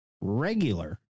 regular